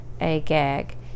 agag